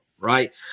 Right